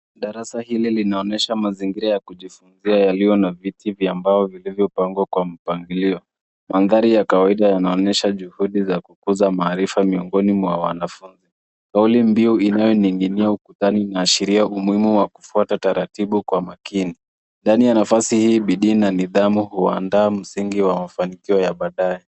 Darasa hili linaonyesha mazingira ya kujifunzia yaliyo na viti vya mbao vilivyopangwa kwa mpangilio. Mandhari ya kawaida yanaonyesha juhudi za kukuza maarifa miongoni mwa wanafunzi. Kauli mbiu inayoning'inia ukutani inaashiria umuhimu wa kufuata taratibu kwa makini. Ndani ya nafasi hii bidii na nidhamu huandaa msingi wa mafanikio ya badae.